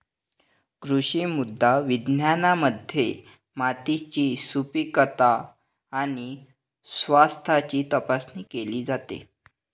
कृषी मृदा विज्ञानामध्ये मातीची सुपीकता आणि स्वास्थ्याची तपासणी केली जाते